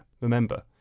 Remember